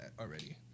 already